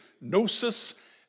gnosis